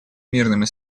мирными